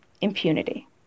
impunity